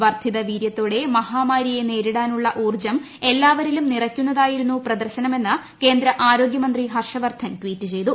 വർദ്ധിതവീര്യത്തോടെ മഹാമാരിയെ നേരിടാനുള്ള ഊർജം എല്ലാവരിലും നിറയ്ക്കുന്നതായിരുന്നു പ്രദർശനമെന്ന് കേന്ദ്ര ആരോഗ്യമന്ത്രി ഹർഷവർധൻ ട്വീറ്റ് ചെയ്തു